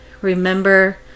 Remember